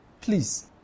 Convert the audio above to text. Please